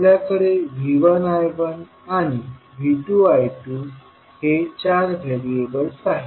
आपल्याकडे V1 I1 आणि V2 I2 हे चार व्हेरिएबल्स आहेत